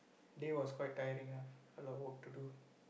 day was quite tiring ah a lot of work to do